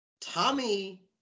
Tommy